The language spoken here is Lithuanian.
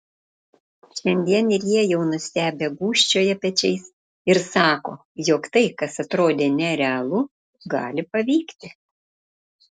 šiandien ir jie jau nustebę gūžčioja pečiais ir sako jog tai kas atrodė nerealu gali pavykti